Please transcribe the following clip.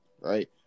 right